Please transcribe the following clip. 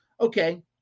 Okay